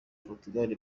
portugal